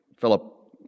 Philip